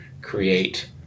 create